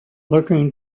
looking